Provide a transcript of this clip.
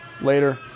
Later